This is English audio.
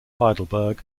heidelberg